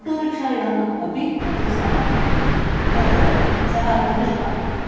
auto रिक्षायानम् अपि अत्र सामान्यम् अत्र सह कनिष्टं